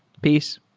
peace.